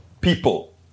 people